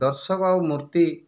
ଦର୍ଶକ ଆଉ ମୂର୍ତ୍ତି